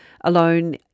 alone